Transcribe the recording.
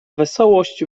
wesołość